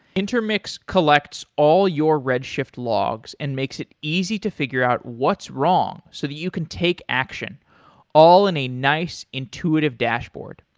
intermix collects all your redshift logs and makes it easy to figure out what's wrong so that you can take action all in a nice intuitive dashboard.